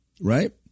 right